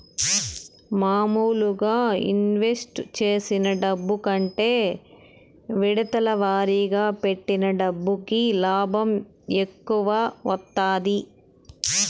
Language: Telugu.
మాములుగా ఇన్వెస్ట్ చేసిన డబ్బు కంటే విడతల వారీగా పెట్టిన డబ్బుకి లాభం ఎక్కువ వత్తాది